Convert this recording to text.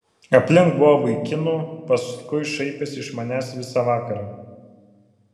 aplink buvo vaikinų paskui šaipėsi iš manęs visą vakarą